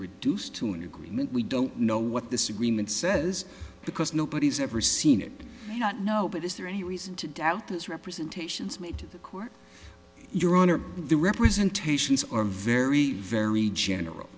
reduced to an agreement we don't know what this agreement says because nobody's ever seen it not no but is there any reason to doubt this representations made to the court your honor the representations are very very general